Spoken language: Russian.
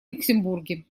люксембурге